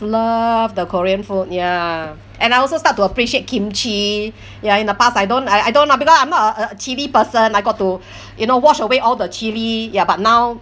love the korean food ya and I also start to appreciate kimchi ya in the past I don't I I don't lah because I'm not a chilli person I got to you know wash away all the chilli ya but now